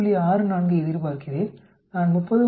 64 ஐ எதிர்பார்க்கிறேன் நான் 30